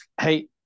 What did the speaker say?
hey